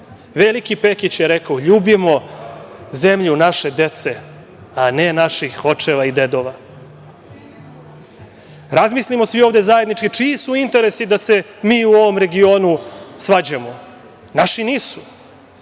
Veliki Pekić je rekao – ljubimo zemlju naše dece, a ne naših očeva i dedova. Razmislimo svi ovde zajednički čiji su interesi da se mi u ovom regionu svađamo. Naši nisu.